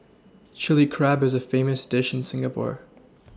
Chilli Crab is a famous dish in Singapore